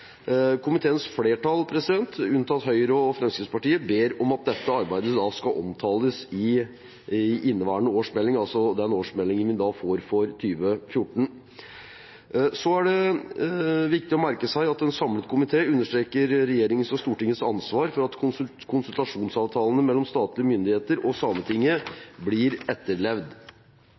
Komiteens flertall, unntatt Høyre og Fremskrittspartiet, ber om at dette arbeidet skal omtales i inneværende årsmelding, altså den årsmeldingen vi får for 2014. Så er det viktig å merke seg at en samlet komité understreker regjeringens og Stortingets ansvar for at konsultasjonsavtalene mellom statlige myndigheter og Sametinget blir etterlevd.